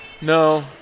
No